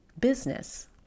business